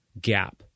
gap